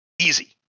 Easy